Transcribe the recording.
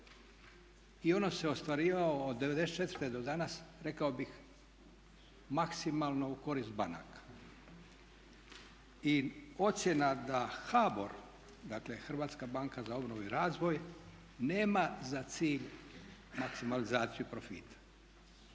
I ono se ostvarivalo od '94. do danas rekao bih maksimalno u korist banaka. I ocjena da HBOR, dakle Hrvatska banka za obnovu i razvoj nema za cilj maksimalizaciju profita